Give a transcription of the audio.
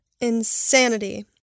Insanity